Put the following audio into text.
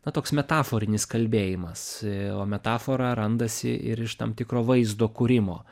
na toks metaforinis kalbėjimas o metafora randasi ir iš tam tikro vaizdo kūrimo